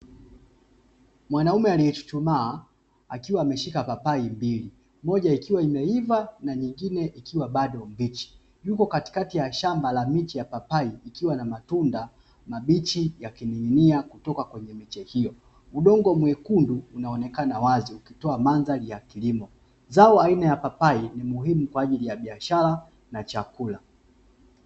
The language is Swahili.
Mwanaume aliyechuchumaa akiwa ameshika papai mbili; moja ikiwa imeiva na nyingine ikiwa bado mbichi. Yuko katikati ya shamba la miche ya papai ikiwa na matunda mabichi yakining'inia kutoka kwenye miche hiyo. Udongo mwekundu unaonekana wazi, ukitoa mandhari ya kilimo. Zao aina ya papai ni muhimu kwa ajili ya biashara na chakula.